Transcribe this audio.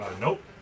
nope